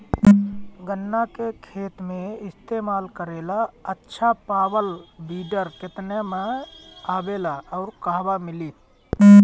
गन्ना के खेत में इस्तेमाल करेला अच्छा पावल वीडर केतना में आवेला अउर कहवा मिली?